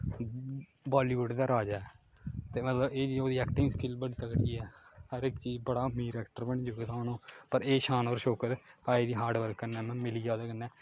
Bollywood दा राजा ऐ ते मतलब एह् जेही ओह्दी ऐक्टिंग स्किल बड़ी तगड़ी ऐ हर इक चीज बड़ा अमीर ऐक्टर बनी चुके दा हून ओह् पर एह् शान होर शौकत आई दी हार्ड वर्क कन्नै में मिलियै ओह्दे कन्नै